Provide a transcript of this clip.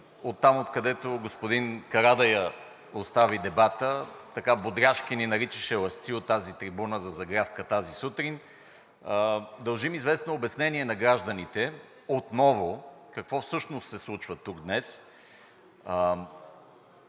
оттам, откъдето господин Карадайъ остави дебата – така бодряшки ни наричаше лъжци от тази трибуна за загрявка тази сутрин. Дължим известно обяснение на гражданите отново какво всъщност се случва тук днес.